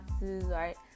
right